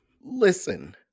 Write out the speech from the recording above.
listen